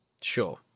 Sure